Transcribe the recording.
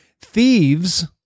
thieves